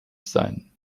sein